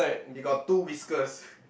he got two whiskers